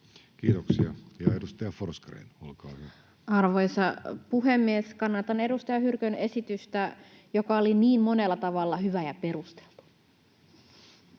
Kiitoksia. — Edustaja Forsgrén, olkaa hyvä. Arvoisa puhemies! Kannatan edustaja Hyrkön esitystä, joka oli niin monella tavalla hyvä ja perusteltu.